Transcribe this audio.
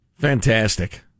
Fantastic